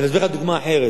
אני מסביר לך דוגמה אחרת.